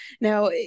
Now